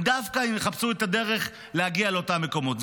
הם דווקא יחפשו את הדרך להגיע לאותם המקומות,